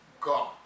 God